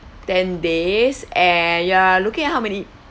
ten days eh you are looking at how many